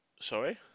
Sorry